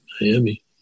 Miami